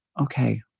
Okay